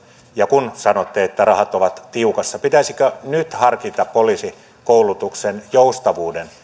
ja kun sanotte että rahat ovat tiukassa pitäisikö nyt harkita poliisikoulutuksen joustavuuden